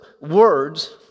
words